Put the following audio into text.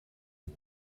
een